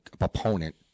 opponent